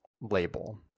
label